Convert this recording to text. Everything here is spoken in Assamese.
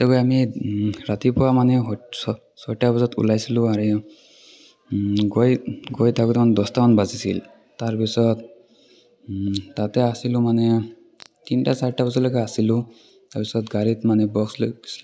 তাতে গৈ আমি ৰাতিপুৱা মানে হোট ছয়টা বজাত ওলাইছিলোঁ আৰু গৈ গৈ থাকোঁতে মানে দহটা মান বাজিছিল তাৰপিছত তাতে আছিলোঁ মানে তিনিটা চাৰিটা বজালৈকে আছিলোঁ তাৰপিছত গাড়ীত মানে বক্স লৈ গৈছিলোঁ